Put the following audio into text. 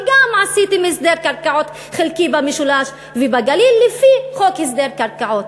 ועשיתם הסדר קרקעות חלקי במשולש ובגליל לפי חוק הסדר קרקעות.